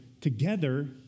together